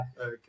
Okay